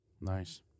Nice